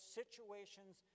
situations